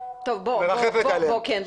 שמרחפת מעליהם.